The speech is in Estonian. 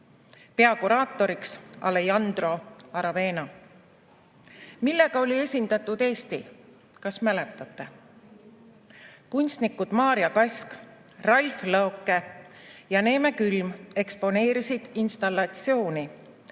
peakuraatoriks Alejandro Aravena. Millega oli esindatud Eesti, kas mäletate? Kunstnikud Maarja Kask, Ralf Lõoke ja Neeme Külm eksponeerisid installatsiooni,